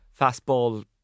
fastball